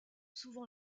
souvent